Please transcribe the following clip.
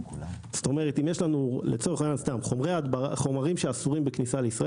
למשל, אם יש לנו חומרים שאסורים בכניסה לישראל.